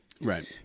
Right